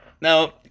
Now